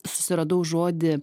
susiradau žodį